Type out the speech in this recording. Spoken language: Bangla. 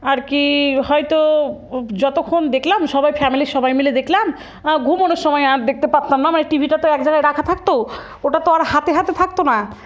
আর কি হয়তো যতক্ষণ দেখলাম সবাই ফ্যামিলি সবাই মিলে দেখলাম ঘুমোনোর সময় আর দেখতে পারতাম না মানে টিভিটা তো এক জায়গায় রাখা থাকতো ওটা তো আর হাতে হাতে থাকতো না